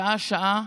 שעה-שעה,